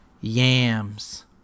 yams